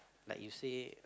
like you say